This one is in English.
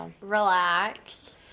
relax